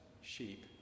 sheep